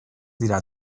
dira